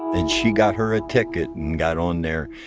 and she got her a ticket and got on there.